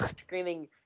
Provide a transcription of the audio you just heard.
screaming